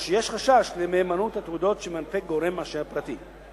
או שיש חשש למהימנות התעודות שמנפק גורם מאשר פרטי,